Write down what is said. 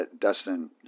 Dustin